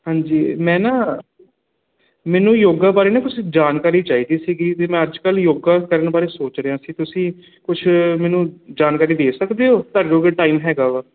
ਹਾਂਜੀ ਮੈਂ ਨਾ ਮੈਨੂੰ ਯੋਗਾ ਬਾਰੇ ਨਾ ਕੁਛ ਜਾਣਕਾਰੀ ਚਾਹੀਦੀ ਸੀਗੀ ਅਤੇ ਮੈਂ ਅੱਜ ਕੱਲ੍ਹ ਯੋਗਾ ਕਰਨ ਬਾਰੇ ਸੋਚ ਰਿਹਾ ਸੀ ਤੁਸੀਂ ਕੁਛ ਮੈਨੂੰ ਜਾਣਕਾਰੀ ਦੇ ਸਕਦੇ ਹੋ ਤੁਹਾਡੇ ਕੋਲ ਕੋਈ ਟਾਈਮ ਹੈਗਾ ਵਾ